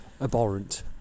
abhorrent